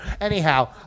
Anyhow